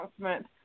announcement